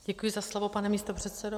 Děkuji za slovo, pane místopředsedo.